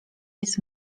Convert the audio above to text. jest